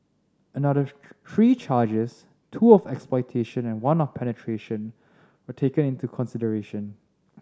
another three charges two of exploitation and one of penetration were taken into consideration